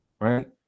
right